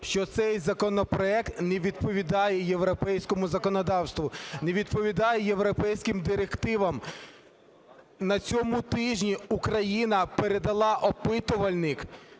що цей законопроект не відповідає європейському законодавству, не відповідає європейським директивам. На цьому тижні Україна передала опитувальник